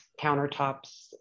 countertops